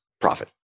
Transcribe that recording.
profit